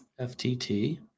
FTT